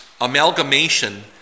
amalgamation